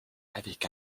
avec